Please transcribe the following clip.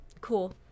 Cool